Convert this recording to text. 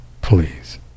Please